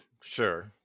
Sure